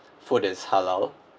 food that is halal